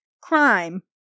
crime